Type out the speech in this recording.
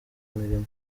imirimo